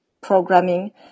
programming